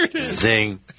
Zing